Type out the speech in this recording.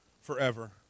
forever